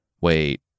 Wait